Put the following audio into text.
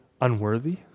unworthy